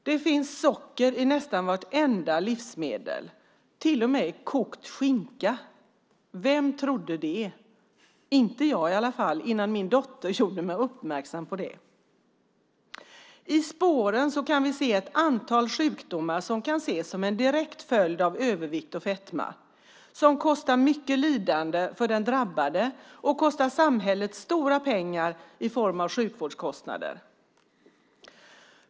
Det finns socker i nästan vartenda livsmedel, till och med i kokt skinka. Vem trodde det? Inte jag, i alla fall, innan min dotter gjorde mig uppmärksam på det. I spåren kan vi se ett antal sjukdomar som kan ses som en direkt följd av övervikt och fetma. Det kostar mycket lidande för den drabbade och det kostar samhället stora pengar i form av sjukvårdskostnader.